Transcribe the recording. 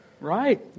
right